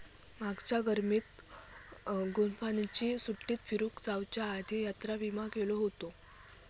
मागच्या गर्मीत गुप्ताजींनी सुट्टीत फिरूक जाउच्या आधी यात्रा विमा केलो हुतो